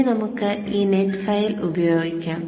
ഇനി നമുക്ക് ഈ നെറ്റ് ഫയൽ ഉപയോഗിക്കാം